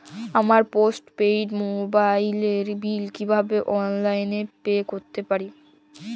আমার post paid মোবাইলের bill কীভাবে অনলাইনে পে করতে পারি?